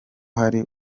hari